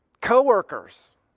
co-workers